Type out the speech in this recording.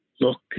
look